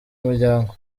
muryango